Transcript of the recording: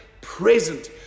present